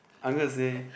I'm gonna say